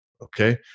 okay